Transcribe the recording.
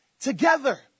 together